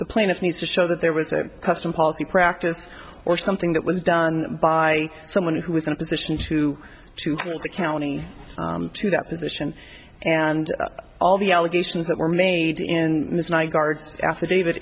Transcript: the plaintiff needs to show that there was a custom policy practice or something that was done by someone who was in a position to to the county to that position and all the allegations that were made in ms nygaard affidavit